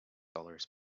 dollars